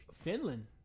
Finland